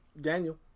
Daniel